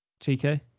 TK